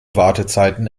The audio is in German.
wartezeiten